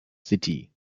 city